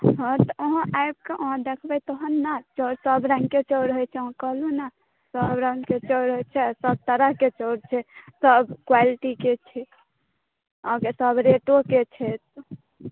हॅं तऽ अहाँ आबि कऽ अहाँ देखबै तहन ने चाउर सभ रङ्गके चाउर होइ छै कहलहुँ ने सभ रङ्गके चाउर होइ छै सभ तरहके चाउर छै सभ क्वालिटीके छै अहाँके सभ रेटोके छै